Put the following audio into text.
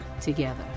together